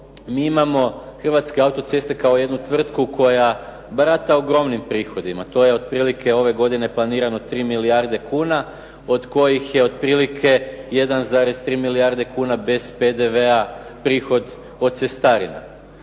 Mi imamo Hrvatske autoceste kao jednu tvrtku koja barata ogromnim prihodima. To je otprilike ove godine planirano 3 milijarde kuna od kojih je otprilike 1,3 milijarde kuna bez PDV-a prihod od cestarina.